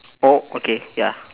oh okay ya